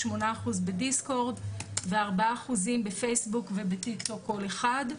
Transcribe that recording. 8% בדיסקורד ו- 4% בפייסבוק ובטיקטוק כל אחד.